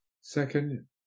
Second